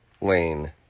Lane